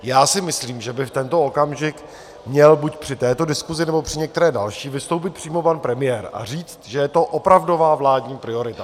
Já si myslím, že by v tento okamžik měl buď při této diskusi, nebo při některé další vystoupit přímo pan premiér a říct, že je to opravdová vládní priorita.